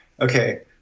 okay